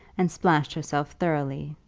and splashed herself thoroughly.